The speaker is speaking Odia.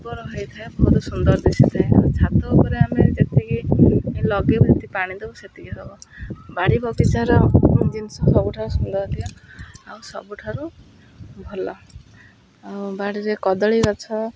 ଉପର ହେଇଥାଏ ବହୁତ ସୁନ୍ଦର ଦିଶିଥାଏ ଆ ଛାତ ଉପରେ ଆମେ ଯେତିକି ଲଗେଇବୁ ଯେତିକି ପାଣି ଦେବୁ ସେତିକି ହବ ବାଡ଼ି ବଗିଚାର ଜିନିଷ ସବୁଠାରୁ ସୁନ୍ଦର ଥିବ ଆଉ ସବୁଠାରୁ ଭଲ ଆଉ ବାଡ଼ିରେ କଦଳୀ ଗଛ